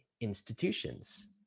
institutions